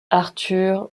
arthur